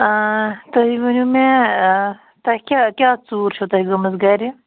آ تُہۍ ؤنِو مےٚ تۄہہِ کیٛاہ کیٛاہ ژوٗر چھِو تۄہہِ گٲمٕژ گرِ